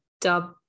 dub